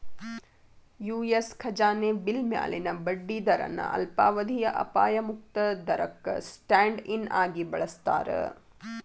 US ಖಜಾನೆ bill ಮ್ಯಾಲಿನ ಬಡ್ಡಿ ದರನ ಅಲ್ಪಾವಧಿಯ ಅಪಾಯ ಮುಕ್ತ ದರಕ್ಕ ಸ್ಟ್ಯಾಂಡ್ ಇನ್ ಆಗಿ ಬಳಸ್ತಾರ